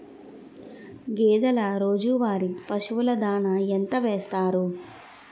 గేదెల రోజువారి పశువు దాణాఎంత వేస్తారు?